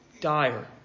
dire